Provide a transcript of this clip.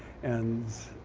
and